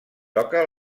toca